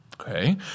Okay